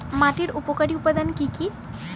মাটির উপকারী উপাদান কি কি?